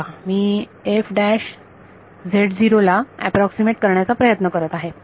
हे पहा मी ला अॅप्रॉक्सीमेट करण्याचा प्रयत्न करत आहे